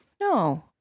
No